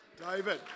David